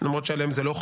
אין לנו שום ארץ אחרת.